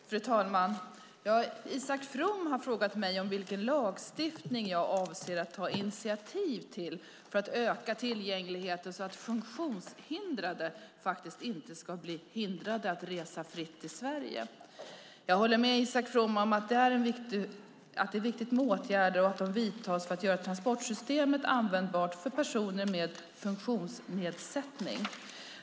Fru talman! Isak From har frågat mig vilken lagstiftning jag avser att ta initiativ till för att öka tillgängligheten så att funktionshindrade faktiskt inte ska bli hindrade att resa fritt i Sverige. Jag håller med Isak From om att det är viktigt att åtgärder vidtas för att göra transportsystemet användbart för personer med funktionsnedsättning.